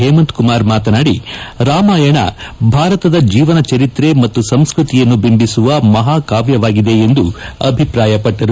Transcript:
ಹೇಮಂತ್ ಕುಮಾರ್ ಮಾತನಾಡಿ ರಾಮಾಯಣ ಭಾರತದ ಜೀವನ ಚರಿತ್ರೆ ಮತ್ತು ಸಂಸ್ಕತಿಯನ್ನು ಬಿಂಬಿಸುವ ಮಹಾ ಕಾವ್ಯವಾಗಿದೆ ಎಂದು ಅಭಿಪ್ರಾಯಪಟ್ಟರು